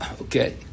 Okay